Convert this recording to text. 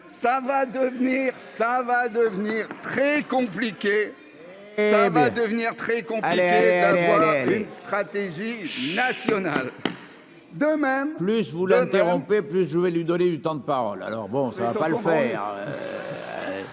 ça va devenir très complet, alors voilà une stratégie nationale de même. Plus vous l'interrompez plus je vais lui donner du temps de parole alors bon c'est pas le faire.